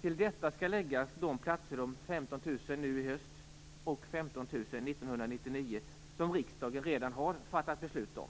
Till detta skall läggas de 15 000 platser nu i höst och de 15 000 år 1999 som riksdagen redan har fattat beslut om.